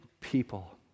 people